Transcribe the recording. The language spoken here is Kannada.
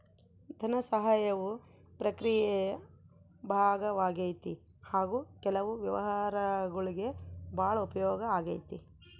ಧನಸಹಾಯವು ಪ್ರಕ್ರಿಯೆಯ ಭಾಗವಾಗೈತಿ ಹಾಗು ಕೆಲವು ವ್ಯವಹಾರಗುಳ್ಗೆ ಭಾಳ ಉಪಯೋಗ ಆಗೈತೆ